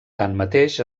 tanmateix